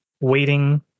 waiting